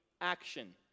action